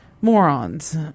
morons